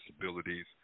disabilities